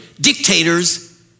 dictators